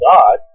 God